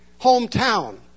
hometown